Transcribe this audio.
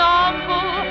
uncle